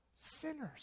sinners